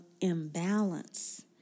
imbalance